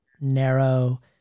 narrow